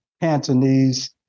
Cantonese